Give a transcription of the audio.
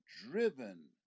driven